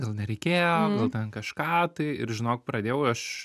gal nereikėjo gal ten kažką tai ir žinok pradėjau aš